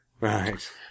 Right